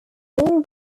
main